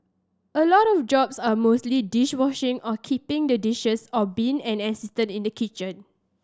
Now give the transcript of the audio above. a lot of jobs are mostly dish washing or keeping the dishes or being an assistant in the kitchen